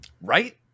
Right